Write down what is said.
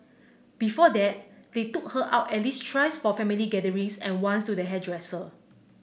before that they took her out at least thrice for family gatherings and once to the hairdresser